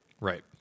Right